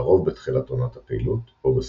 לרוב בתחילת עונת הפעילות או בסופה.